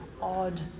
odd